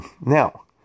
Now